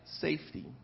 safety